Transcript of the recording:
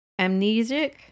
amnesic